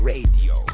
Radio